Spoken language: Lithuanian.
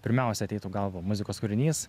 pirmiausia ateitų į galvą muzikos kūrinys